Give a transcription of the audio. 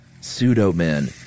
Pseudo-men